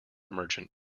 merchant